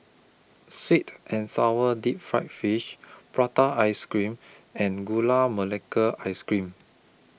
Sweet and Sour Deep Fried Fish Prata Ice Cream and Gula Melaka Ice Cream